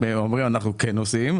הם אומרים שהם כן עושים,